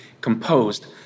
composed